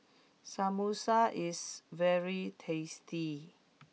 Samosa is very tasty